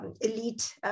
elite